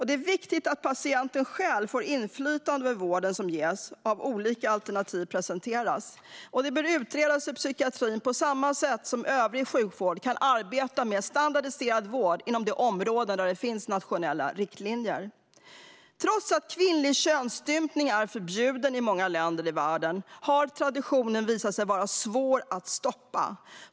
Det är viktigt att patienten själv får inflytande över den vård som ges och att olika alternativ presenteras. Det bör utredas hur psykiatrin på samma sätt som övrig sjukvård kan arbeta med standardiserad vård inom de områden där det finns nationella riktlinjer. Trots att kvinnlig könsstympning är förbjuden i många länder i världen har traditionen visat sig vara svår att stoppa.